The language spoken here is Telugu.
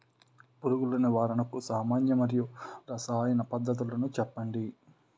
పురుగుల నివారణకు సామాన్య మరియు రసాయన పద్దతులను చెప్పండి?